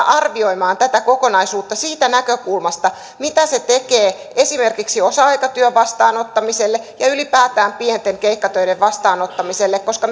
arvioimaan tätä kokonaisuutta siitä näkökulmasta mitä se tekee esimerkiksi osa aikatyön vastaanottamiselle ja ja ylipäätään pienten keikkatöiden vastaanottamiselle koska